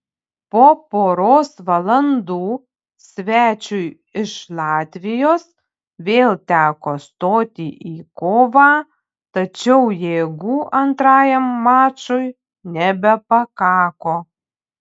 po poros valandų svečiui iš latvijos vėl teko stoti į kovą tačiau jėgų antrajam mačui nebepakako